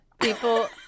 people